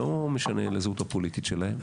לא משנה הזהות הפוליטית שלהם,